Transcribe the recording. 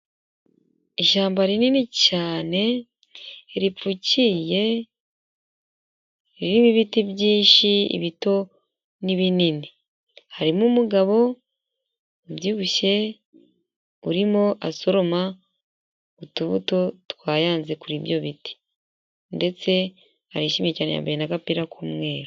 Ishyamba rinini cyane ripfukiriye ririmo ibiti byinshi ibito n' ibinini. Harimo umugabo ubyibushye urimo asoroma utubuto twaranze kuri ibyo biti ndetse arishimye cyane yambaye n' agapira k'umweru.